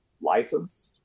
licensed